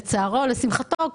לצערו או לשמחתו,